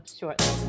shortly